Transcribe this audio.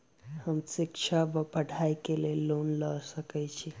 हम शिक्षा वा पढ़ाई केँ लेल लोन लऽ सकै छी?